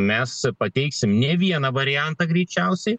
mes pateiksim ne vieną variantą greičiausiai